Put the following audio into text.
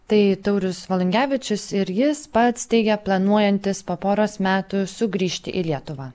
tai taurius valungevičius ir jis pats teigia planuojantis po poros metų sugrįžti į lietuvą